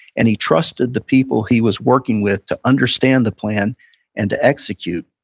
and he trusted the people he was working with to understand the plan and to execute.